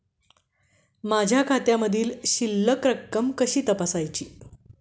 माझ्या खात्यामधील शिल्लक रक्कम कशी तपासायची?